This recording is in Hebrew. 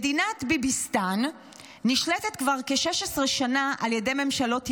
מדינת ביביסטן נשלטת כבר כ-16 שנה על ידי ממשלות ימין,